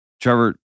Trevor